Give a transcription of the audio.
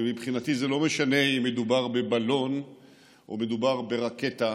ומבחינתי זה לא משנה אם מדובר בבלון או מדובר ברקטה,